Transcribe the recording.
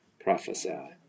Prophesy